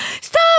Stop